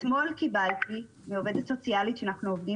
אתמול סיפרה עובדת סוציאלית שאנחנו עובדים